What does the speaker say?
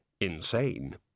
insane